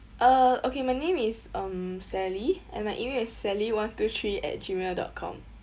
uh okay my name is um sally and my email is sally one two three at gmail dot com